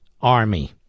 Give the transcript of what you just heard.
army